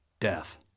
death